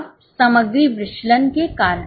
अब सामग्री विचलन के कारण